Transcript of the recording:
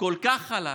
כל כך חלק,